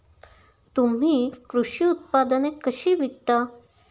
तुम्ही कृषी उत्पादने कशी विकता?